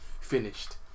finished